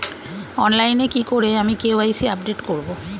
অনলাইনে কি করে আমি কে.ওয়াই.সি আপডেট করব?